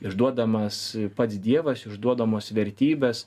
išduodamas pats dievas išduodamos vertybės